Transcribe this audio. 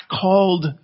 called